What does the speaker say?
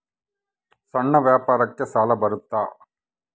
ಸಣ್ಣ ವ್ಯಾಪಾರಕ್ಕ ಸಾಲ ಬರುತ್ತಾ?